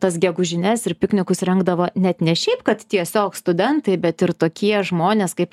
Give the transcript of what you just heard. tas gegužines ir piknikus rengdavo net ne šiaip kad tiesiog studentai bet ir tokie žmonės kaip